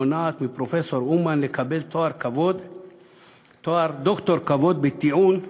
מונעת מפרופסור אומן לקבל תואר דוקטור לשם כבוד בטיעון,